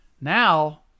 Now